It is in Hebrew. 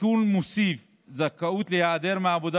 התיקון מוסיף זכאות להיעדר מהעבודה